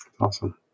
awesome